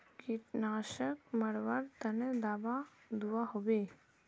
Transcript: कीटनाशक मरवार तने दाबा दुआहोबे?